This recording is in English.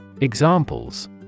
Examples